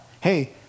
hey